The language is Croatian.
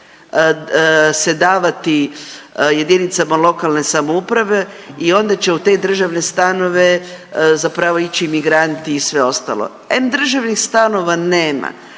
se davati jedinicama lokalne samouprave i onda će u te državne stanove zapravo ići migranti i sve ostalo. Em državnih stanova nema,